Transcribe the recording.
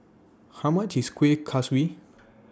How much IS Kueh Kaswi